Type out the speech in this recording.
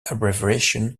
abbreviation